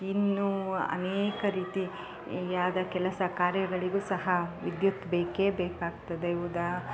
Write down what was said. ಇನ್ನೂ ಅನೇಕ ರೀತಿಯಾದ ಕೆಲಸ ಕಾರ್ಯಗಳಿಗು ಸಹ ವಿದ್ಯುತ್ ಬೇಕೇ ಬೇಕಾಗ್ತದೆ ಉದಾ